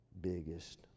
biggest